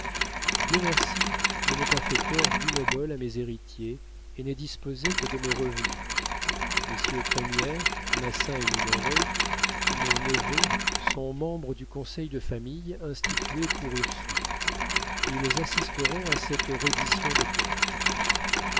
dieu merci je n'ai pas fait tort d'une obole à mes héritiers et n'ai disposé que de mes revenus messieurs crémière massin et minoret mon neveu sont membres du conseil de famille institué pour ursule ils assisteront à cette reddition de comptes